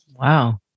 Wow